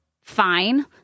fine